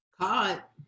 Caught